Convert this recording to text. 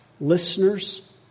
listeners